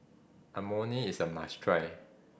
Imoni is a must try